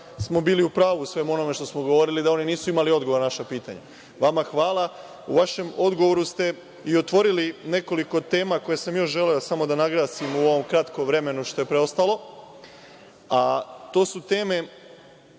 smo bili u pravu u svemu onome što smo govorili – da oni nisu imali odgovor na naša pitanja. Vama hvala.U vašem odgovoru ste otvorili i nekoliko tema koje sam ja želeo da naglasim u ovom kratkom vremenu koje je preostalo, a te teme